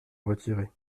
retirer